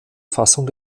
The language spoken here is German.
fassung